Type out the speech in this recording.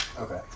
Okay